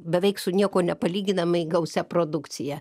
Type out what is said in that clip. beveik su niekuo nepalyginamai gausia produkcija